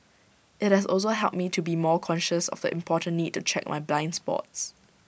IT has also helped me to be more conscious of the important need to check my blind spots